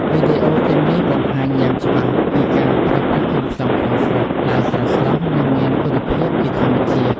វីដេអូទាំងនេះបង្ហាញយ៉ាងច្បាស់ពីការ ប្រើប្រាស់គ្រឿងផ្សំក្នុងស្រុក ដែលស្រស់ៗ និងមានគុណភាពពីធម្មជាតិ។